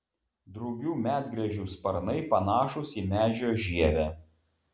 drugių medgręžių sparnai panašūs į medžio žievę